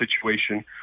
situation